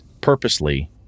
purposely